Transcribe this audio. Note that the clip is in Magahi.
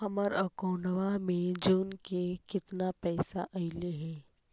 हमर अकाउँटवा मे जून में केतना पैसा अईले हे?